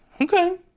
okay